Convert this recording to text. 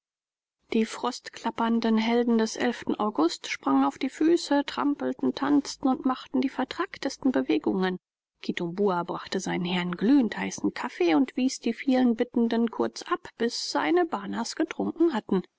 die frostklappernden helden des august sprangen auf die füße trampelten tanzten und machten die vertracktesten bewegungen kitumbua brachte seinen herren glühend heißen kaffee und wies die vielen bittenden kurz ab bis seine banas getrunken hatten